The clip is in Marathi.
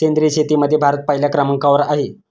सेंद्रिय शेतीमध्ये भारत पहिल्या क्रमांकावर आहे